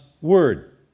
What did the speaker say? word